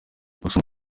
gusa